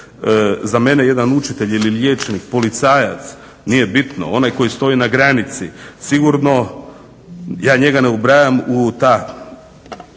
za mene jedan učitelj ili liječnik policajac nije bitno onaj koji stoji na granici sigurno ja njega ne ubrajam u ta